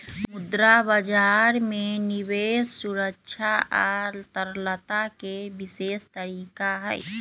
मुद्रा बजार में निवेश सुरक्षा आ तरलता के विशेष तरीका हई